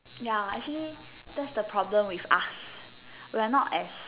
ya actually that is the problem with us we are not as